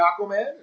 Aquaman